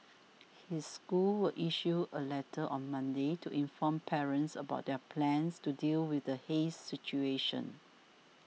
his school will issue a letter on Monday to inform parents about their plans to deal with the haze situation